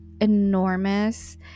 enormous